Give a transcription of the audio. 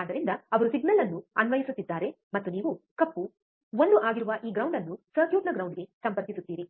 ಆದ್ದರಿಂದ ಅವರು ಸಿಗ್ನಲ್ ಅನ್ನು ಅನ್ವಯಿಸುತ್ತಿದ್ದಾರೆ ಮತ್ತು ನೀವು ಕಪ್ಪು 1 ಆಗಿರುವ ಈ ಗ್ರೌಂಡ್ ಅನ್ನು ಸರ್ಕ್ಯೂಟ್ನ ಗ್ರೌಂಡ್ ಗೆ ಸಂಪರ್ಕಿಸುತ್ತೀರಿ